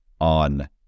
on